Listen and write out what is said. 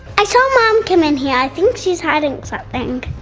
i saw mom come in here, i think she's hiding something.